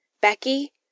Becky